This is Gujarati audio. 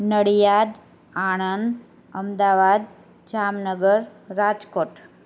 નડીઆદ આણંદ અમદાવાદ જામનગર રાજકોટ